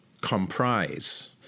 comprise